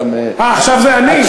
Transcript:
אה, עכשיו זה אני?